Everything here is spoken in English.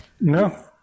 no